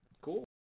Cool